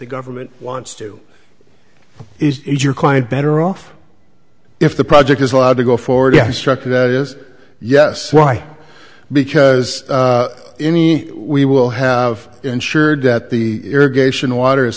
the government wants to is your client better off if the project is allowed to go forward and struck that is yes why because any we will have ensured that the irrigation water is